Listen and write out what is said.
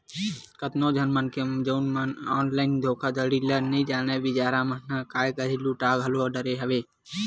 कतको झन मनखे जउन मन ऑनलाइन धोखाघड़ी ल नइ जानय बिचारा मन ह काय करही लूटा घलो डरे हवय